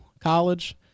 college